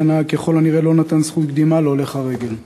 הנהג ככל הנראה לא נתן זכות קדימה להולך הרגל.